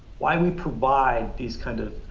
why we provide these kinds of